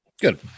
Good